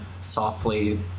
softly